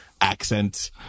accent